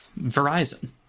verizon